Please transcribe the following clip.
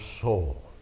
soul